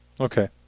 Okay